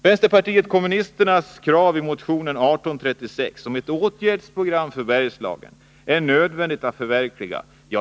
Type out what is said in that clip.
Vänsterpartiet kommunisternas krav i motion 1836 om ett åtgärdsprogram för Bergslagen är nödvändigt att förverkliga.